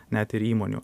net ir įmonių